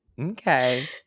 Okay